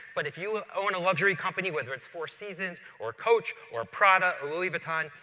but if you own a luxury company, whether it's four seasons or coach or prada or louis vuitton,